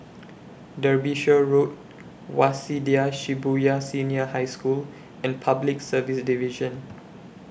Derbyshire Road Waseda Shibuya Senior High School and Public Service Division